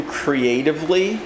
creatively